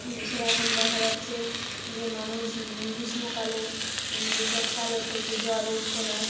যেসব এখন দেখা যাচ্ছে যে মানুষ গীষ্মকালে যেসব শ্যালো থেকে জল উঠছে না